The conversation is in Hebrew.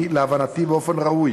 להבנתי, באופן ראוי